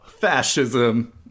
Fascism